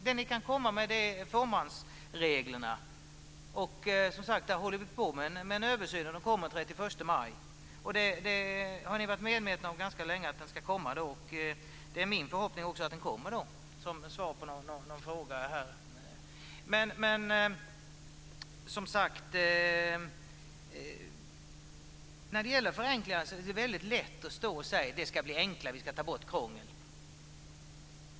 Det ni kan komma med är fåmansreglerna. Där håller vi som sagt på med en översyn. Den kommer den 31 maj. Ni har ganska länge varit medvetna om att den översynen ska komma då. Det är min förhoppning att den kommer då, som svar på en fråga som ställdes. Det är väldigt lätt att säga att det ska bli enklare: Vi ska ta bort krångel.